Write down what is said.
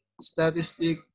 statistic